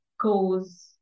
goes